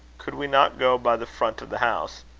could we not go by the front of the house?